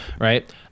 Right